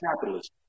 capitalism